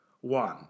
one